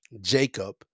Jacob